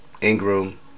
Ingram